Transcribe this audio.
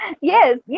Yes